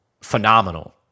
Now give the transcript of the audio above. phenomenal